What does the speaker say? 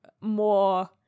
more